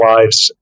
lives